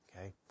Okay